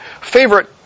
favorite